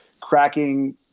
cracking